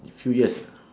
a few years